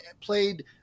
played